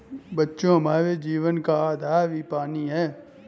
बच्चों हमारे जीवन का आधार ही पानी हैं